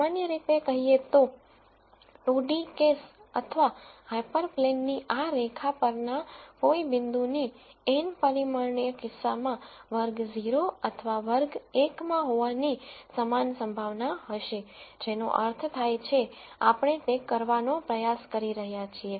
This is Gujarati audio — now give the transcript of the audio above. સામાન્ય રીતે કહીએ તો 2 d કેસ અથવા હાયપરપ્લેન ની આ રેખા પરના કોઈ પોઇન્ટની n પરિમાણીય કિસ્સામાં વર્ગ 0 અથવા વર્ગ 1 માં હોવાની સમાન પ્રોબેબિલિટી હશે જેનો અર્થ થાય છે આપણે તે કરવાનો પ્રયાસ કરી રહ્યા છીએ